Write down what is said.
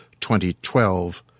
2012